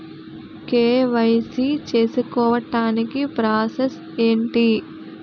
KYC చేసుకోవటానికి process ఏంటి?